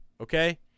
okay